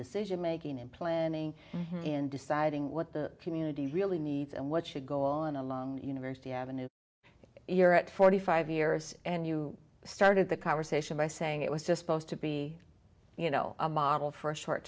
decision making in planning in deciding what the community really needs and what should go on along university ave you're at forty five years and you started the conversation by saying it was just posed to be you know a model for a short